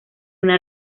una